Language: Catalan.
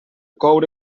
coure